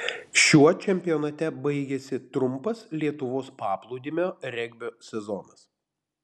šiuo čempionate baigėsi trumpas lietuvos paplūdimio regbio sezonas